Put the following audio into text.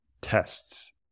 tests